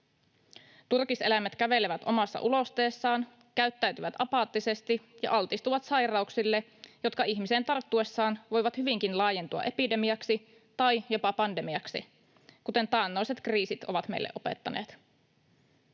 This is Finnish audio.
Turkiseläimet kävelevät omassa ulosteessaan, käyttäytyvät apaattisesti ja altistuvat sairauksille, jotka ihmiseen tarttuessaan voivat hyvinkin laajentua epidemiaksi tai jopa pandemiaksi, kuten taannoiset kriisit ovat meille opettaneet.